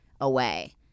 away